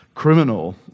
criminal